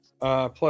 Plus